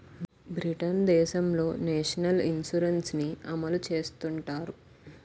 Britain దేశంలో national insurance ని అమలు చేస్తుంటారు